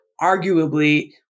arguably